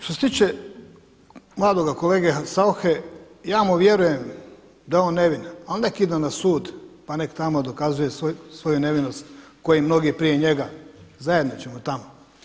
Što se tiče mladoga kolege SAuche ja mu vjerujem da je on nevin, ali nek ide na sud pa nek tamo dokazuje svoju nevinost kao i mnogi prije njega, zajedno ćemo tamo.